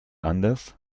anders